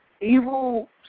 evil